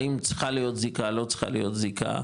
האם צריכה להיות זיקה, לא צריכה להיות זיקה,